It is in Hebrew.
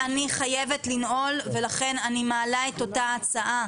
אני חייבת לנעול ולכן אני מעלה את אותה ההצעה